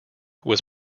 was